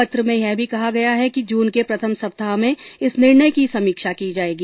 पत्र में यह भी कहा गया है कि जून के प्रथम सप्ताह में इस निर्णय की समीक्षा की जाएगी